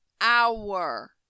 Hour